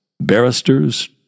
Barristers